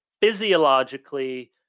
physiologically